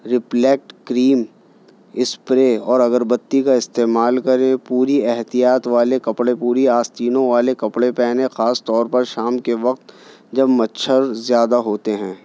رپلیکٹ cream spray اور اگربتی کا استعمال کرے پوری احتیاط والے کپڑے پوری آستینوں والے کپڑے پہنے خاص طور پر شام کے وقت جب مچھر زیادہ ہوتے ہیں